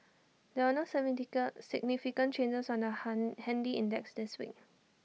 there were no significant changes on the han handy index this week